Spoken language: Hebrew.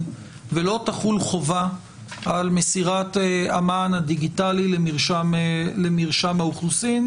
ולא תחול חובה על מסירת המען הדיגיטלי למרשם האוכלוסין,